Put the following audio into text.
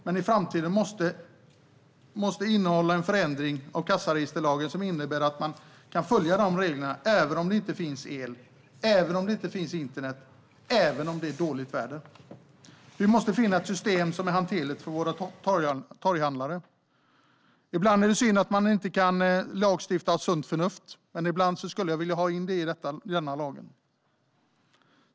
Men i framtiden måste det bli en förändring av kassaregisterlagen som innebär att man kan följa reglerna även om det inte finns el, även om det inte finns internet och även om det är dåligt väder. Vi måste finna ett system som är hanterligt för våra torghandlare. Det är synd att man inte kan lagstifta om sunt förnuft. Men ibland skulle jag vilja ha in det i denna lag.